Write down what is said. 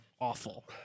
awful